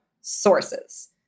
sources